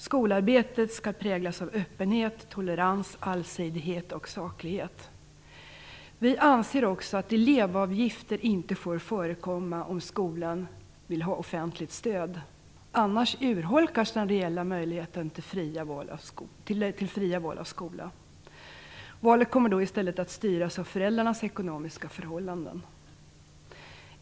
Skolarbetet skall präglas av öppenhet, tolerans, allsidighet och saklighet. Vi anser att elevavgifter inte får förekomma om skolan vill ha offentligt stöd. Annars urholkas den reella möjligheten till fritt val av skola. Valet kommer i stället att styras av föräldrarnas ekonomiska förhållanden.